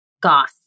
Goss